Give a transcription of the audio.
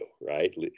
Right